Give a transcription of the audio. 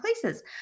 places